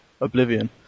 Oblivion